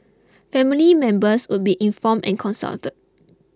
family members would be informed and consulted